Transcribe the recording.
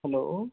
hello